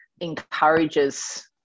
encourages